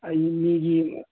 ꯑꯩ ꯃꯤꯒꯤ